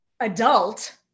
adult